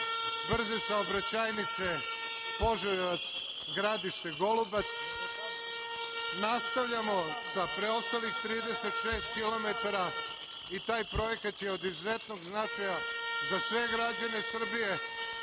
brze saobraćajnice Požarevac-Gradište-Golubac. Nastavljamo sa preostalih 36 kilometara i taj projekat je od izuzetnog značaja za sve građane Srbije,